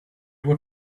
were